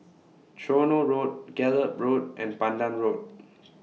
Tronoh Road Gallop Road and Pandan Road